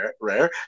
rare